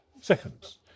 seconds